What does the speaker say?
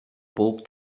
bob